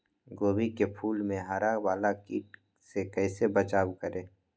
गोभी के फूल मे हरा वाला कीट से कैसे बचाब करें?